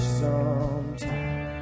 sometime